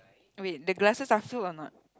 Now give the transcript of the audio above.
wait the glasses are full or not